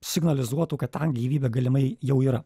signalizuotų kad ten gyvybė galimai jau yra